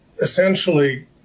essentially